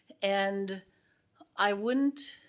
and i wouldn't